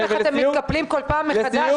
מדהים איך אתם מתקפלים כל פעם מחדש.